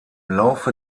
laufe